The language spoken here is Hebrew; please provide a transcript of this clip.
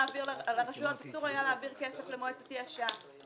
לרשויות אסור היה להעביר כסף למועצת יש"ע,